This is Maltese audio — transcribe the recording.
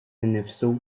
innifsu